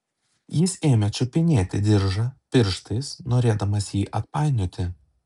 jis ėmė čiupinėti diržą pirštais norėdamas jį atpainioti